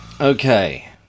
Okay